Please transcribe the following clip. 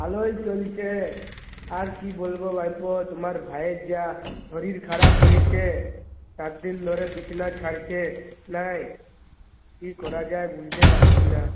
ভালোই চলছে আর কী বলবো ভাইপো তোমার ভাইয়ের যা শরীর খারাপ হয়েছে চার দিন ধরে বিছনা ছাড়ছে নাই কী করা যায় বুঝতে পারছি না